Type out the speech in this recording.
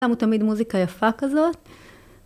שמו תמיד מוזיקה יפה כזאת.